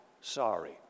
sorry